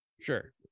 sure